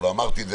אדוני היושב-ראש,